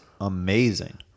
amazing